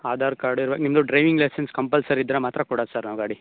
ಆಧಾರ್ ಕಾರ್ಡಿರುವ ನಿಮ್ಮದು driving licence compulsory ಇದ್ದರೆ ಮಾತ್ರ ಕೊಡೋದು ಸರ್ ನಾವು ಗಾಡಿ